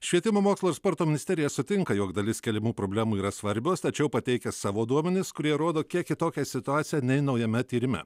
švietimo mokslo ir sporto ministerija sutinka jog dalis keliamų problemų yra svarbios tačiau pateikia savo duomenis kurie rodo kiek kitokią situaciją nei naujame tyrime